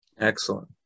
Excellent